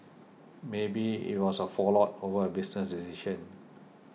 maybe it was a fallout over a business decision